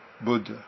Buddha